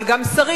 אבל גם שרים,